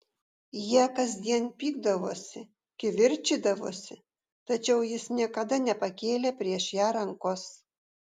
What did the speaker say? jie kasdien pykdavosi kivirčydavosi tačiau jis niekada nepakėlė prieš ją rankos